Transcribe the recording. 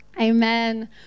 Amen